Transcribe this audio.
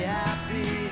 happy